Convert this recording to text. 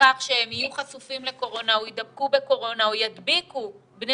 מכך שהם יהיו חשופים לקורונה או יידבקו בקורונה או ידביקו בני